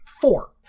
Four